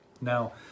Now